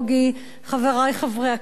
חברי חברי הכנסת,